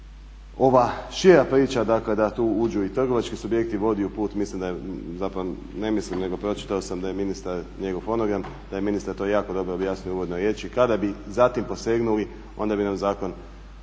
Ova šira priča da tu uđu i trgovački subjekti vodi u put, mislim zapravo ne mislim nego pročitao sam da je ministar, njegov fonogram, da je ministar to jako dobro objasnio u uvodnoj riječi, kada bi za tim posegnuli onda bi nam zakon